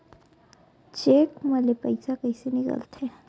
Cheque म ले पईसा कइसे निकलथे?